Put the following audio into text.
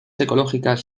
ecológicas